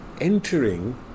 entering